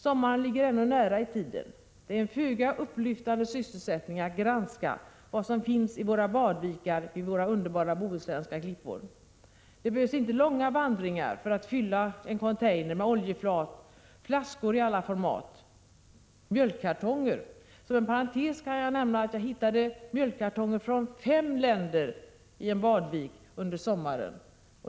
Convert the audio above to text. Sommaren ligger ännu nära i tiden. Det är en föga upplyftande sysselsättning att granska vad som finns i våra badvikar vid våra underbara bohuslänska klippor. Det behövs inte långa vandringar för att fylla en container med oljefat, flaskor i alla format och mjölkkartonger. Som parentes kan jag nämna att jag hittade mjölkkartonger från fem länder i en badvik under sommaren.